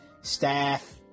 staff